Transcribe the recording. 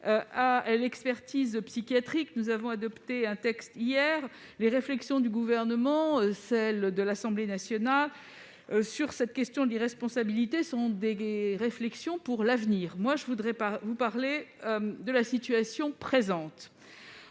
et d'expertise psychiatrique. Nous avons, hier, adopté un texte. Les réflexions du Gouvernement, celles de l'Assemblée nationale, sur cette question de l'irresponsabilité sont des réflexions pour l'avenir. Je voudrais, moi, vous parler de la situation présente.